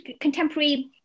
contemporary